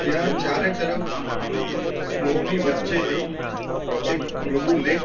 ત્યાં ચારે તરફ સ્નોની વચ્ચે એક ભૃગુ લેક